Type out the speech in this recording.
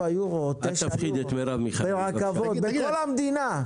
7 או 9 יורו ברכבות, בכל המדינה.